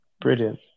brilliant